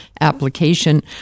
application